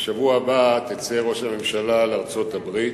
בשבוע הבא תצא, ראש הממשלה, לארצות-הברית,